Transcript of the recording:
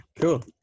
Cool